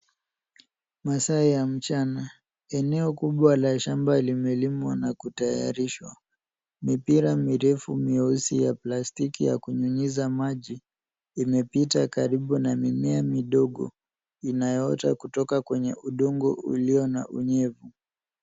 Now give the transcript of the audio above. Masaa ya mchana. Eneo kubwa la shamba limelimwa na kutayarishwa. Mipira mirefu meusi ya plastiki ya kunyunyiza maji imepita karibu na mimea midogo inayoota kutoka kwenye udongo ulio na unyevu.